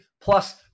plus